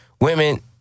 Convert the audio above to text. women